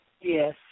Yes